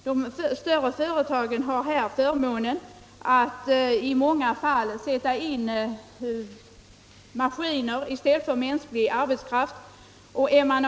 De större företagen kan i många fall sätta in maskiner i stället för mänsklig arbetskraft.